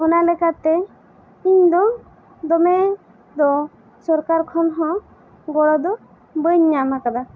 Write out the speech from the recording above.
ᱚᱱᱟ ᱞᱮᱠᱟᱛᱮ ᱤᱧ ᱫᱚ ᱫᱚᱢᱮ ᱫᱚ ᱥᱚᱨᱠᱟᱨ ᱠᱷᱚᱱ ᱦᱚᱸ ᱜᱚᱲᱚ ᱫᱚ ᱵᱟᱹᱧ ᱧᱟᱢ ᱟᱠᱟᱫᱟ